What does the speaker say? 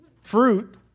Fruit